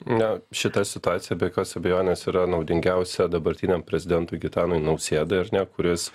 na šita situacija be jokios abejonės yra naudingiausia dabartiniam prezidentui gitanui nausėdai ar ne kuris